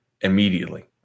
immediately